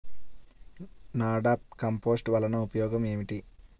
NADEP compost వలన ఉపయోగం ఏమిటి?